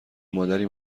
مادری